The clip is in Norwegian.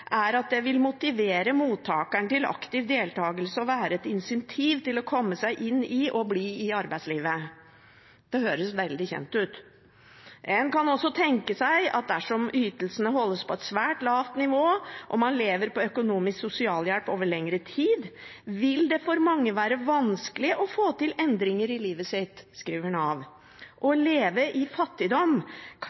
er at det vil motivere mottakeren til aktiv deltakelse og være et insentiv til å komme seg inn eller å bli i arbeidslivet.» Det høres veldig kjent ut. «En kan også tenke seg at dersom ytelsene holdes på et svært lavt nivå, og man lever på økonomisk sosialhjelp over lengre tid, vil det for mange være vanskelig å få til endringer i livet sitt. Å leve i fattigdom